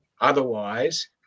Otherwise